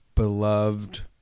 Beloved